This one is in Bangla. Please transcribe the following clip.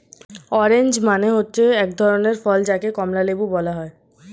অরেঞ্জ মানে হচ্ছে এক ধরনের ফল যাকে কমলা লেবু বলে